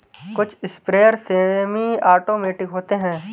कुछ sprayer semi automatic होते हैं